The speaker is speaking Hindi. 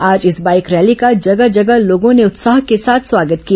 आज इस बाईक रैली का जगह जगह लोगों ने उत्साह के साथ स्वागत किया